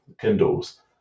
Kindles